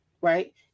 right